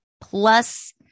plus